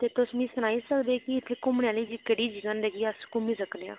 ते तुस मिगी सनाई सकदे की इत्थै घुम्मने आह्ली केहड़ी जगह न जित्थै अस घुम्मी सकने आं